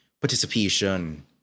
participation